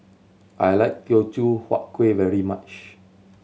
I like Teochew Huat Kueh very much